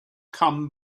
come